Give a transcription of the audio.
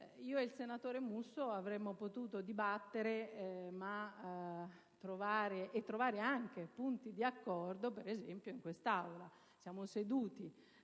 io e il senatore Musso avremmo potuto dibattere e trovare anche punti di accordo in quest'Aula. Siamo seduti